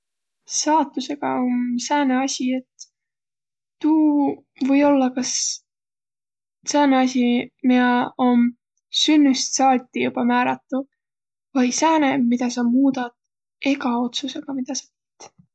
Saatusõgaq om sääne asi, et tuu või ollaq kas sääne asi, miä om sünnüst saati joba määratu vai sääne, midä sa muudat ega otsusõgaq, midä sa tiit.